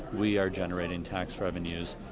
we are generating tax revenues.